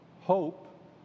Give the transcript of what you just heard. hope